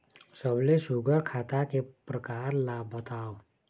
सबले सुघ्घर खाता के प्रकार ला बताव?